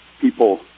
People